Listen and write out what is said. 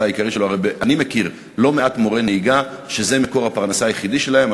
אני מכיר לא מעט מורי נהיגה שזה מקור הפרנסה היחידי שלהם,